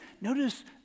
notice